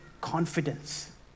confidence